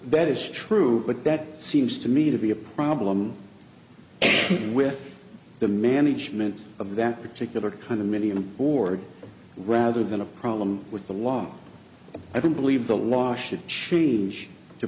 that is true but that seems to me to be a problem with the management of that particular kind of many in a board rather than a problem with the law i don't believe the law should change to